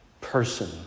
person